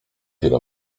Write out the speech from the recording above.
ile